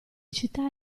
città